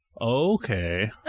Okay